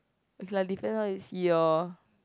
it's like depends how you see orh